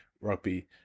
rugby